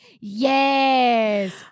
yes